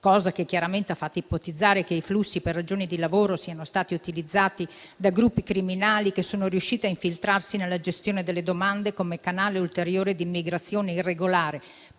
(cosa che chiaramente ha fatto ipotizzare che i flussi per ragioni di lavoro siano stati utilizzati da gruppi criminali riusciti a infiltrarsi nella gestione delle domande come canale ulteriore di immigrazione irregolare,